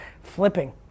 flipping